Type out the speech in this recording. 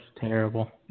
terrible